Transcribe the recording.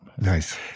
Nice